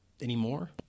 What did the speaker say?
anymore